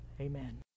amen